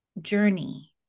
journey